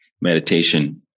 meditation